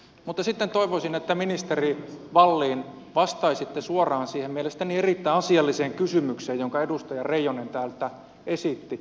mutta sitten toivoisin että ministeri wallin vastaisitte suoraan siihen mielestäni erittäin asialliseen kysymykseen jonka edustaja reijonen täällä esitti